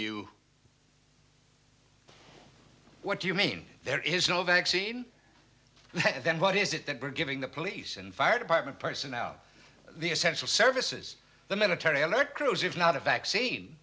you what do you mean there is no vaccine and then what is it that we're giving the police and fire department personnel the essential services the military alert crews if not a vaccine